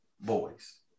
boys